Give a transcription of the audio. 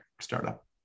startup